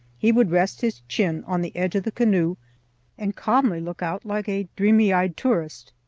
he would rest his chin on the edge of the canoe and calmly look out like a dreamy-eyed tourist.